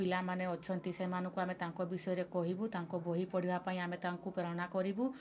ପିଲାମାନେ ଅଛନ୍ତି ସେମାନଙ୍କୁ ଆମେ ତାଙ୍କ ବିଷୟରେ କହିବୁ ତାଙ୍କ ବହି ପଢ଼ିବା ପାଇଁ ଆମେ ତାଙ୍କୁ ପ୍ରେରଣା କରିବୁ